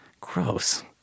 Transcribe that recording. Gross